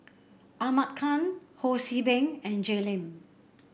Ahmad Khan Ho See Beng and Jay Lim